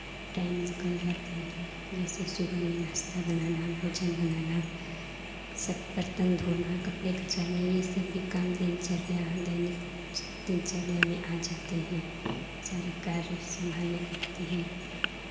time निकल जाते हैं जैसे सुबह में नाश्ता बनाना भोजन बनाना सब बर्तन धोना कपड़े कचाने में ये सब भी काम दिनचर्या है दैनिक दिनचर्या में आ जाते हैं सारे कार्य सम्हालने पड़ती हैं